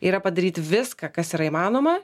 yra padaryti viską kas yra įmanoma